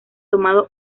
tomado